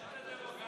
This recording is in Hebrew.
איזו דמוקרטיה?